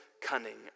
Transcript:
cunning